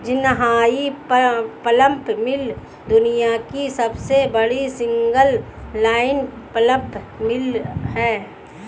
Jinhai pulp mill दुनिया की सबसे बड़ी सिंगल लाइन पल्प मिल है